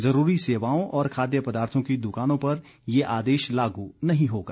ज़रूरी सेवाओं और खाद्य पदार्थो की दुकानों पर ये आदेश लागू नहीं होगा